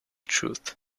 truth